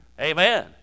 Amen